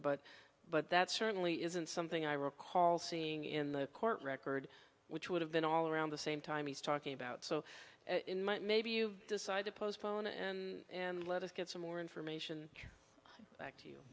but but that certainly isn't something i recall seeing in the court record which would have been all around the same time he's talking about so maybe you decide to postpone it and let us get some more information back to you